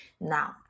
now